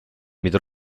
mida